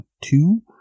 Two